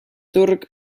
turg